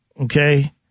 okay